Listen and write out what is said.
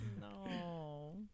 No